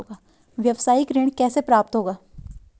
व्यावसायिक ऋण कैसे प्राप्त होगा?